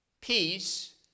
peace